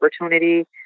opportunity